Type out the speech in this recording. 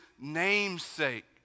namesake